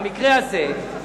במקרה הזה,